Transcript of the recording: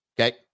Okay